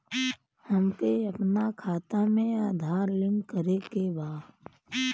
हमके अपना खाता में आधार लिंक करें के बा?